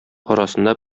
арасында